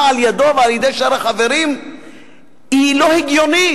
על-ידו ועל-ידי השאר החברים היא לא הגיונית,